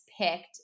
picked